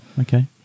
Okay